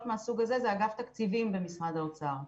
מהסוג הזה הוא אגף תקציבים במשרד האוצר,